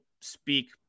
speak